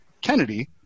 Kennedy